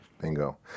Bingo